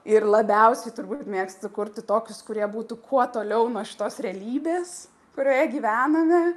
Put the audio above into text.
ir labiausiai turbūt mėgstu kurti tokius kurie būtų kuo toliau nuo šitos realybės kurioje gyvename